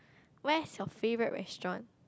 where is your favourite restaurant